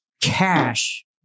Cash